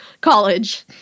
college